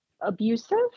abusive